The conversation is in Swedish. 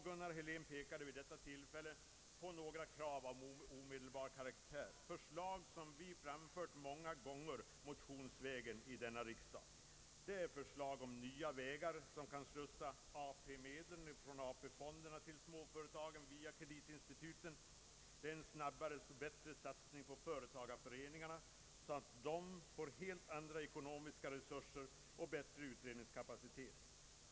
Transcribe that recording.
Gunnar Helén pekade på några krav av omedelbar karaktär, förslag som vi framfört många gånger motionsvägen i denna riksdag. Det är förslag om nya vägar att slussa medel från AP-fonderna till småföretagen via kreditinstituten, det är en snabbare satsning på företagareföreningarna så att de får helt andra ekonomiska resurser och bättre utredningskapacitet.